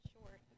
short